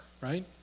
right